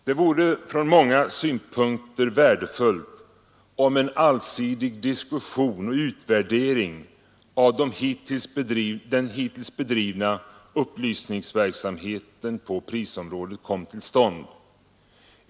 Det vore från många synpunkter värdefullt om en allsidig diskussion och utvärdering av den hittills bedrivna upplysningsverksamheten på prisområdet kom till stånd.